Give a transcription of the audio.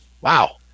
Wow